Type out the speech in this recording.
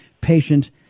patient